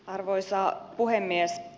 arvoisa puhemies